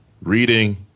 reading